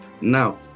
now